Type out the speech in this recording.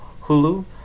Hulu